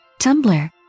Tumblr